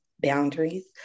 Boundaries